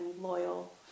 loyal